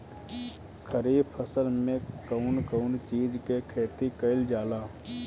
खरीफ फसल मे कउन कउन चीज के खेती कईल जाला?